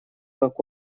как